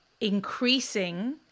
increasing